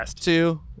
two